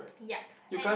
yup and